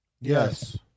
Yes